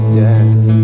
death